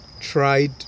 tried